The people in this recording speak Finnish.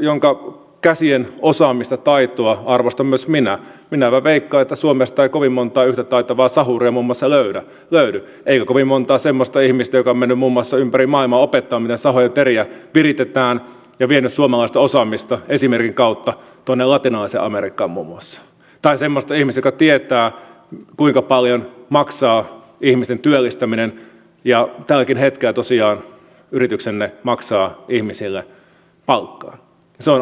jonka käsien osaamista ja taitoa arvostan myös minä en älä veikkaa että suomesta kovin monta yhtä taitavaa sahuriamomassa löydä levy eikä kovin montaa semmoista ihmistä joka on mennyt muun muassa ympäri maailmaa opettamaan miten sahojen teriä viritetään ja vienyt suomalaista osaamista esimerkin kautta latinalaiseen amerikkaan muun muassa tai semmoista ihmistä joka tietää kuinka paljon maksaa ihmisten työllistäminen ja tälläkin hetkellä tosiaan yrityksenne maksaa ihmisille palkkaa